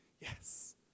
yes